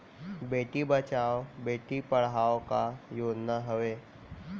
बेटी बचाओ बेटी पढ़ाओ का योजना हवे?